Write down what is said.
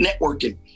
networking